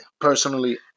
personally